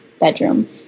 bedroom